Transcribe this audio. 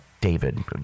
David